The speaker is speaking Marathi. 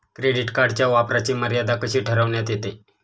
क्रेडिट कार्डच्या वापराची मर्यादा कशी ठरविण्यात येते?